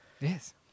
Yes